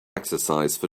exercise